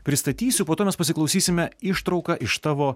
pristatysiu po to mes pasiklausysime ištrauką iš tavo